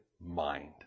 mind